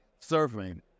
surfing